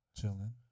chilling